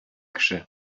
кеше